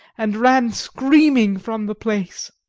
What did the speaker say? and ran screaming from the place.